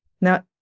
Now